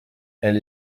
elle